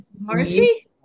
Marcy